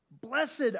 Blessed